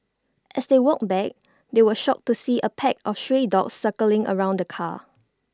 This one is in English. as they walked back they were shocked to see A pack of stray dogs circling around the car